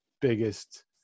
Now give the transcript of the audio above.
biggest